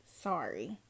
Sorry